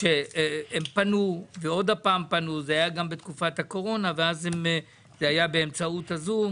שהם פנו ושוב פנו זה היה גם בתקופת הקורונה וזה היה באמצעות הזום